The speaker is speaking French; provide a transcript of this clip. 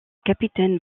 capitaine